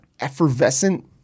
effervescent